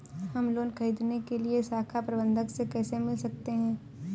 हम लोन ख़रीदने के लिए शाखा प्रबंधक से कैसे मिल सकते हैं?